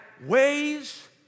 ways